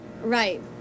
Right